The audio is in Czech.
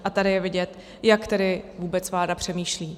A tady je vidět, jak tedy vůbec vláda přemýšlí.